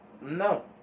No